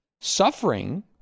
suffering